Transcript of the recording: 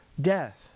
death